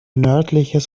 nördliches